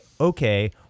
okay